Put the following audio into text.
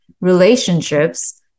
relationships